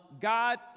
God